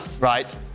Right